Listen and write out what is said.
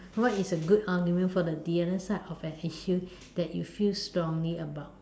what is a good argument for the other side of an issue that you feel strongly about